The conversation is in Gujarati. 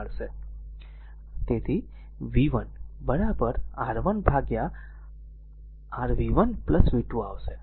તેથી v 1 પછી R1 ભાગ્યા r v 1 v 2 આવશે